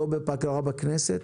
לא בפגרה בכנסת,